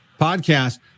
podcast